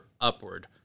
upward